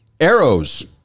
Arrows